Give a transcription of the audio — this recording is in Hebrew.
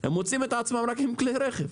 הם מוצאים את עצמם רק עם כלי רכב.